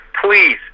please